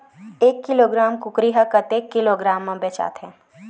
एक किलोग्राम कुकरी ह कतेक किलोग्राम म बेचाथे?